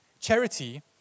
Charity